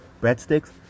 Breadsticks